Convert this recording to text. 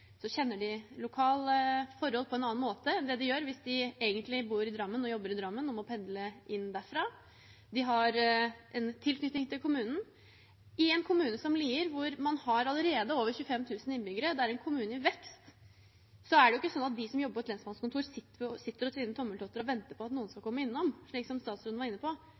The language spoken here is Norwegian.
kjenner de de lokale forholdene på en annen måte enn de gjør hvis de bor og jobber i Drammen og må pendle inn derfra. De har en tilknytning til kommunen. I en kommune som Lier hvor man allerede har over 25 000 innbyggere – det er en kommune i vekst – er det ikke sånn at de som jobber på et lensmannskontor, sitter og tvinner tommeltotter og venter på at noen skal komme innom, slik som statsråden var inne på.